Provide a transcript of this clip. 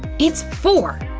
it's four!